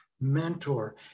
mentor